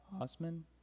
Osman